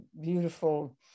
beautiful